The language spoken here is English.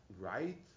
right